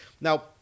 Now